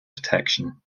protection